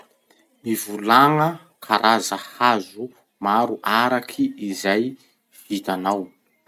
Mivolagna karaza hazo maro araky izay vitanao.